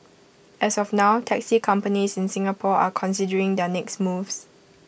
as of now taxi companies in Singapore are considering their next moves